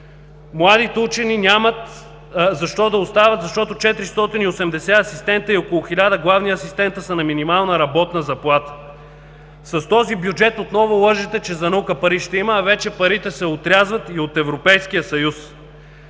Младите учени няма защо да остават, защото 480 асистента и около хиляда главни асистента са на минимална работна заплата. С този бюджет отново лъжете, че за наука пари ще има, а вече парите се отрязват и от Европейския съюз.